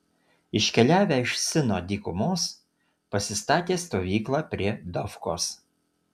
iškeliavę iš sino dykumos pasistatė stovyklą prie dofkos